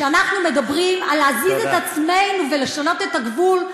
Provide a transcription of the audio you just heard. כשאנחנו מדברים על להזיז את עצמנו ולשנות את הגבול,